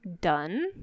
done